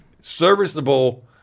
serviceable